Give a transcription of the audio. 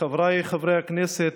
חבריי חברי הכנסת,